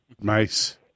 Nice